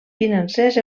financers